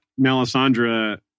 Melisandre